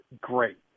Great